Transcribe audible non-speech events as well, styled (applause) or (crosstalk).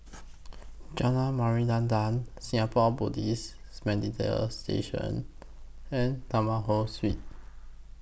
Jalan (unintelligible) Singapore Buddhist (unintelligible) Station and Taman Ho Swee